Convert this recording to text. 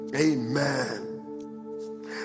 Amen